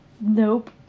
Nope